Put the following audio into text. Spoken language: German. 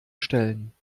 stellen